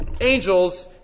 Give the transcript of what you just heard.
angels